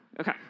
Okay